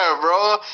bro